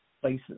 places